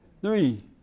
Three